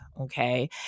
Okay